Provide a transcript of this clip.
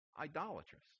idolatrous